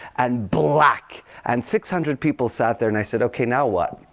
and black. and six hundred people sat there. and i said, ok, now what?